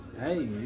hey